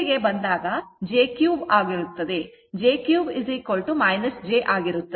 ಇದಕ್ಕೆ ಬಂದಾಗ j 3 ಆಗಿರುತ್ತದೆ